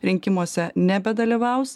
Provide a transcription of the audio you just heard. rinkimuose nebedalyvaus